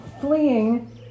fleeing